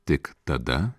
tik tada